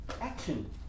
action